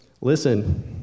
listen